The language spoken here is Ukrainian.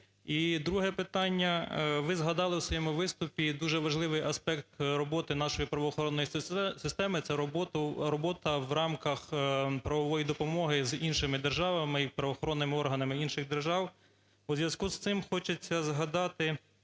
друге питання. Ви згадали в своєму виступі дуже важливий аспект роботи нашої правоохоронної системи. Це роботу, робота в рамках правової допомоги з іншими державами і правоохоронними органами інших держав. У зв'язку з цим хочеться згадати